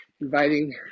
inviting